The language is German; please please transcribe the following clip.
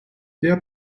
der